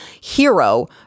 hero